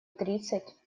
тридцать